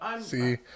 See